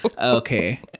Okay